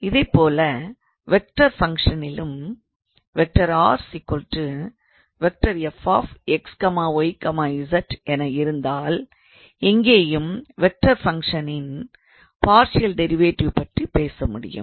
இதைப்போல வெக்டார் ஃபங்க்ஷனிலும் 𝑟⃗ 𝑓⃗𝑥 𝑦 𝑧 என இருந்தால் இங்கேயும் வெக்டார் ஃபங்க்ஷனின் பார்ஷியல் டிரைவேட்டிவ் பற்றிப் பேச முடியும்